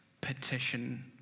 petition